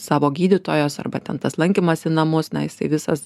savo gydytojos arba ten tas lankymas į namus na jisai visas